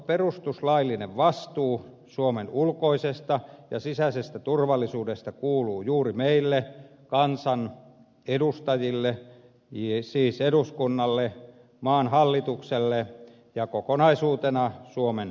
perustuslaillinen vastuu suomen ulkoisesta ja sisäisestä turvallisuudesta kuuluu juuri meille kansanedustajille siis eduskunnalle maan hallitukselle ja kokonaisuutena suomen valtiolle